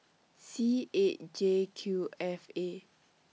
C eight J Q F A